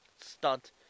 stunt